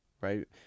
right